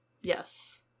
yes